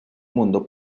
mundo